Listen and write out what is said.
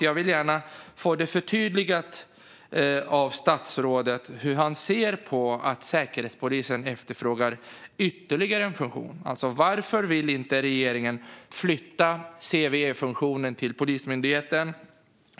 Jag vill gärna få förtydligat av statsrådet hur han ser på att Säkerhetspolisen efterfrågar ytterligare en funktion. Varför vill inte regeringen flytta CVE-funktionen till Polismyndigheten?